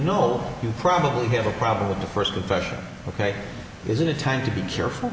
know you probably have a problem with the first confession ok isn't it time to be careful